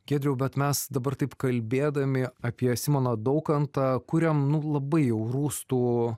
giedriau bet mes dabar taip kalbėdami apie simoną daukantą kuriam nu labai jau rūstų